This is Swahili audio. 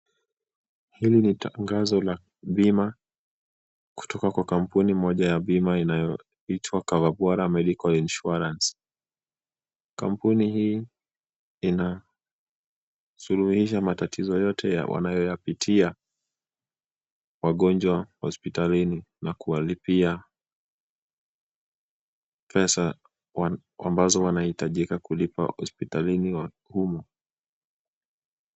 Hili ni tangazo la bima kutoka kwa kampuni moja ya bima inayoitwa Coverbora Medical Insurance. Kampuni hii inasuluhisha matatizo yoyote wanayoyapitia wagonjwa hospitalini na kuwalipia pesa ambazo wanahitaji kulipa hospitalini humu.